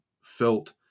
felt